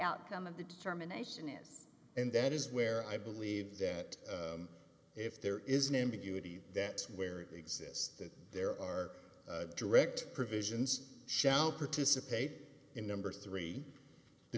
outcome of the determination is and that is where i believe that if there is an ambiguity that where it exists that there are direct provisions shall participate in number three the